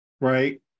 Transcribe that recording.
right